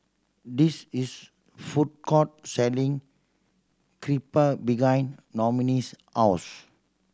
this is food court selling Crepe behind Noemie's house